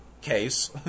case